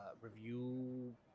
review